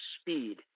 speed